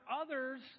others